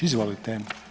Izvolite.